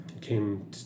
came